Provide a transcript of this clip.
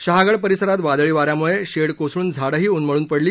शहागड परिसरात वादळी वाऱ्यामुळे शेड कोसळून झाडंडी उन्मळून पडली